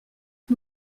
que